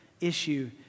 issue